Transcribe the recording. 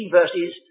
verses